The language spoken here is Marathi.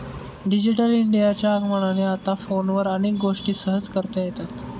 डिजिटल इंडियाच्या आगमनाने आता फोनवर अनेक गोष्टी सहज करता येतात